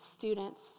Students